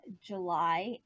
July